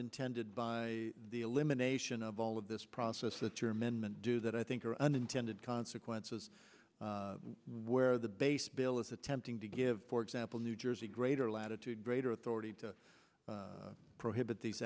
intended by the elimination of all of this process that your amendment do that i think are unintended consequences where the base bill is attempting to give for example new jersey greater latitude greater authority to prohibit these